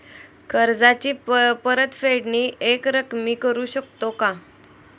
कर्जाची परतफेड एकरकमी करू शकतो का?